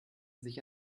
sich